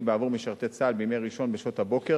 בעבור משרתי צה"ל בימי ראשון בשעות הבוקר